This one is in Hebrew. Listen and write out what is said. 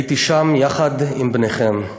הייתי שם יחד עם בניכם.